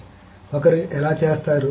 కాబట్టి ఒకరు ఎలా చేస్తారు